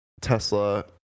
Tesla